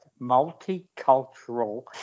multicultural